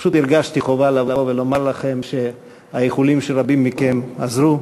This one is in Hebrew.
פשוט הרגשתי חובה לבוא ולומר לכם שהאיחולים של רבים מכם עזרו.